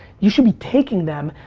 you should be taking them,